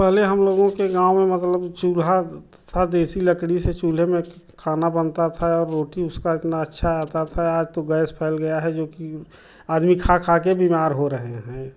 पहले हम लोगों के गाँव में मतलब चूल्हा था देशी लकड़ी से चूल्हे में खाना बनता था और रोटी उसका इतना अच्छा आता था आज तो गैस फैल गया है जो कि आदमी खाकर बीमार हो रहे हैं